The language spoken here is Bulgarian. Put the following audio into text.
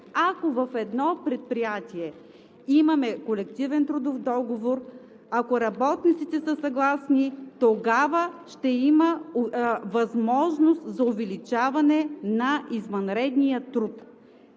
ако в едно предприятие имаме колективен трудов договор, ако работниците са съгласни, тогава ще има възможност за увеличаване на извънредния труд.